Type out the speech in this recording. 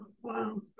Wow